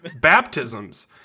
baptisms